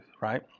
right